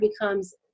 becomes